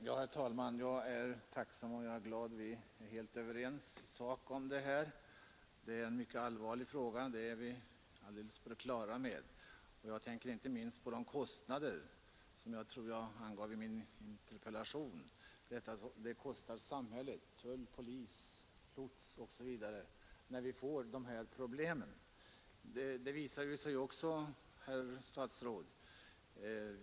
Herr talman! Jag är tacksam för vad kommunikationsministern har sagt. Vi är helt överens i sak. Jag tänker inte minst på de kostnader som jag angav i min interpellation. Samhället åsamkas kostnader för tull, polis, lots osv. när vi får de här problemen.